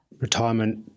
retirement